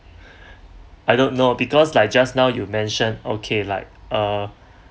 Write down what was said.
I don't know because like just now you mention okay like uh